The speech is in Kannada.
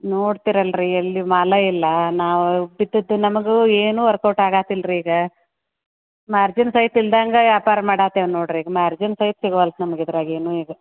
ನೋಡ್ತಿರಲ್ಲ ರೀ ಎಲ್ಲಿ ಮಾಲೇ ಇಲ್ಲ ನಾವು ಉತ್ತು ಬಿತ್ತತ್ತು ನಮಗೂ ಏನು ವರ್ಕೌಟ್ ಆಗತಿಲ್ಲ ರೀ ಈಗ ಮಾರ್ಜಿನ್ ಸೈತ ಇಲ್ಲದಾಂಗ ವ್ಯಾಪಾರ ಮಾಡತೀವಿ ನೋಡಿರಿ ಮಾರ್ಜಿನ್ ಸೈತ ಸಿಗ್ವಲ್ದು ನಮ್ಗೆ ಇದ್ರಾಗ ಏನು ಈಗ